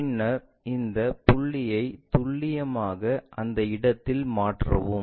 பின்னர் இந்த புள்ளியை துல்லியமாக அந்த இடத்திற்கு மாற்றவும்